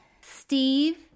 Steve